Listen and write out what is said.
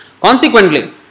Consequently